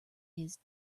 his